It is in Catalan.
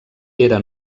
era